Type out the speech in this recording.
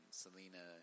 selena